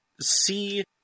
see